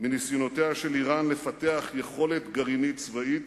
מניסיונותיה של אירן לפתח יכולת גרעינית צבאית,